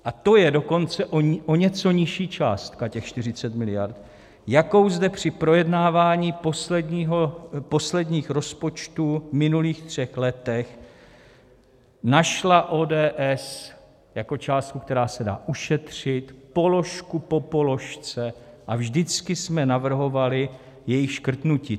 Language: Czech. A to je dokonce o něco nižší částka, těch 40 miliard, jakou zde při projednávání posledních rozpočtů v minulých třech letech našla ODS jako částku, která se dá ušetřit položku po položce, a vždycky jsme navrhovali její škrtnutí.